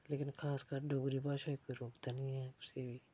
लेकिन खासकर डोगरी भाशा च इकरूपता नी ऐ कुसै बी